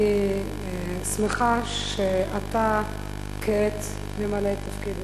אני שמחה שאתה כעת ממלא את תפקיד היושב-ראש,